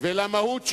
ולמהות שלו,